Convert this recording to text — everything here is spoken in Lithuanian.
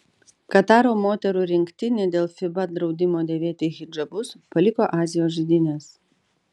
kataro moterų rinktinė dėl fiba draudimo dėvėti hidžabus paliko azijos žaidynes